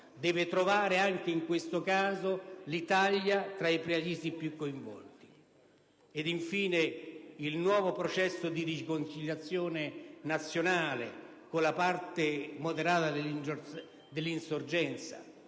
deve trovare anche in questo caso l'Italia tra i Paesi più coinvolti. Infine, il nuovo processo di riconciliazione nazionale con la parte moderata dell'insorgenza